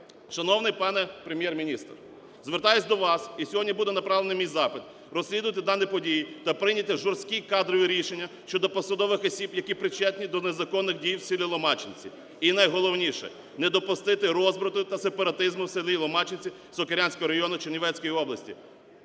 Шановний пане Прем'єр-міністр, звертаюся до вас - і сьогодні буде направлений мій запит, - розслідувати дані події та прийняти жорсткі кадрові рішення щодо посадових осіб, які причетні до незаконних дій в селіЛомачинці. І найголовніше, не допустити розбрату та сепаратизму в селі Ломачинці Сокирянського району Чернівецької області.